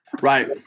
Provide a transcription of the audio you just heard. Right